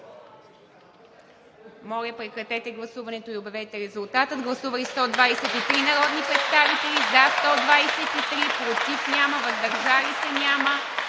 Моля, прекратете гласуването и обявете резултата. Гласували 194 народни представители: за 96, против 80, въздържали се 18.